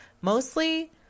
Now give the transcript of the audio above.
mostly